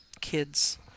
kids